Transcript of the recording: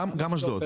גם אשדוד.